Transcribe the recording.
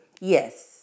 Yes